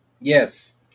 Yes